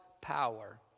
power